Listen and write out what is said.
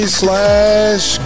slash